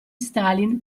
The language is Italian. stalin